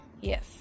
yes